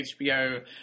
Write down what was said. HBO